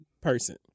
Person